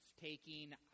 taking